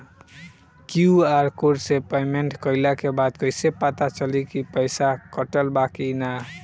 QR code से payment कईला के बाद कईसे पता चली की पैसा कटल की ना?